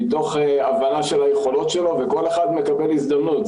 מתוך הבנה של היכולות שלו, וכל אחד מקבל הזדמנות.